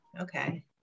Okay